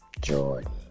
Jordan